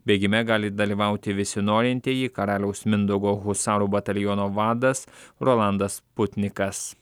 bėgime gali dalyvauti visi norintieji karaliaus mindaugo husarų bataliono vadas rolandas putnikas